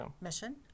mission